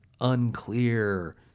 unclear